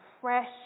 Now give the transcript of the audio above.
fresh